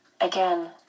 Again